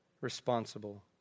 responsible